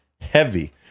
Heavy